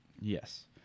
Yes